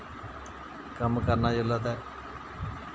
कम्म करना जुल्लै ते